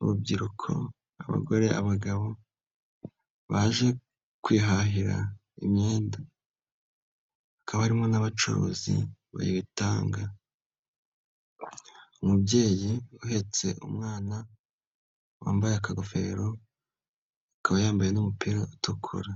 urubyiruko, abagore, abagabo baje kwihahira imyenda, hakaba harimo n'abacuruzi bayibitanga, umubyeyi uheretse umwana wambaye akagofero akaba yambaye n'umupira utukura.